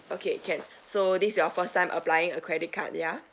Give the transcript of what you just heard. okay can so this is your first time applying a credit card ya